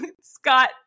Scott